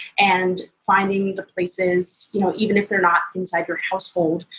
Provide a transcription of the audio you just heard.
and finding the places, you know even if they're not inside your household,